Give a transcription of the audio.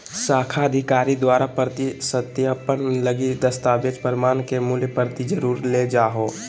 शाखा अधिकारी द्वारा प्रति सत्यापन लगी दस्तावेज़ प्रमाण के मूल प्रति जरुर ले जाहो